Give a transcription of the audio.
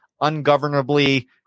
ungovernably